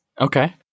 Okay